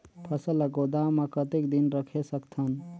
फसल ला गोदाम मां कतेक दिन रखे सकथन?